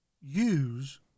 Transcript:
use